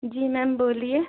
जी ma'am बोलिए